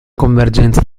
convergenza